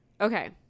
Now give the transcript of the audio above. Okay